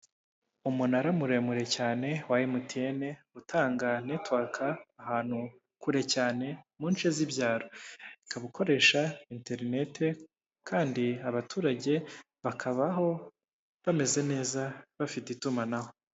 Umunara muremure cyane wa emutiyene, utangaye netiwaka ahantu kure cyane, mu nshe z'ibyaro. Ukaba ukoresha enterinete, kandi abaturage bakabaho bameze neza, bafite itumanaho.